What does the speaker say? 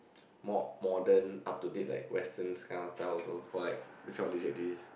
more modern up to date like western this kind of style also for like this kind of leisure activities